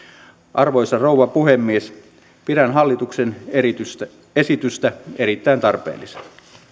arvoisa rouva puhemies pidän hallituksen esitystä erittäin tarpeellisena